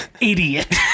idiot